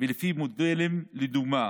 ולפי מודלים לדוגמה